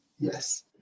Yes